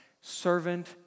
servant